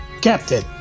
captain